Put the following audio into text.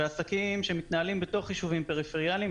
ועסקים שמתנהלים בתוך ישובים פריפריאליים.